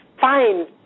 fine